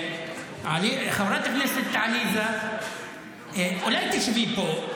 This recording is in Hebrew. חברת כנסת עליזה, אולי תשבי פה?